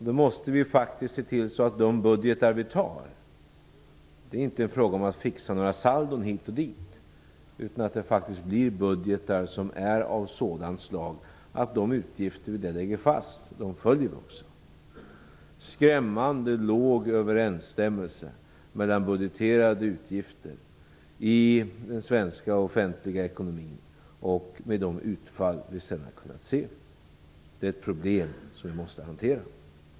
Då måste vi faktiskt se till att de budgetar vi beslutar om - det är inte fråga om att fixa några saldon hit och dit - är av sådant slag att de utgifter vi där lägger fast också följs. Skrämmande låg överensstämmelse mellan budgeterade utgifter i den svenska offentliga ekonomin och de utfall vi sedan har kunnat se är ett problem som vi måste hantera.